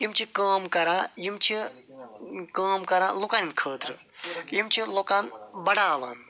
یِم چھِ کٲم کَران یِم چھِ کٲم کَران لُکن خٲطرٕ یِم چھِ لُکن بَڈاوان